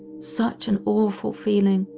such an awful feeling,